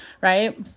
right